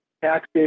Tax